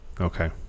Okay